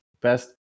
best